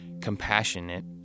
compassionate